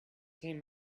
him